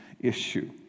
issue